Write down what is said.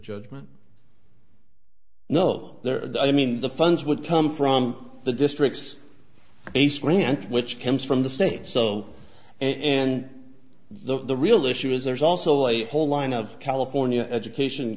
judgment no there i mean the funds would come from the district's east branch which comes from the state so and the real issue is there's also a whole line of california education